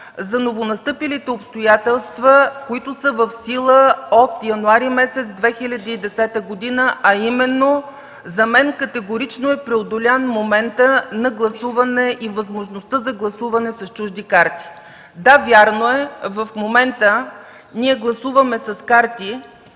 за новопостъпилите обстоятелства, които са в сила от месец януари 2010 г., а именно за мен категорично е преодолян моментът на гласуване и възможността за гласуване с чужди карти. Да, вярно е, че в момента гласуваме с карти,